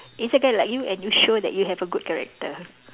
it's okay like you and you show that you have a good character